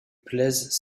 plaisaient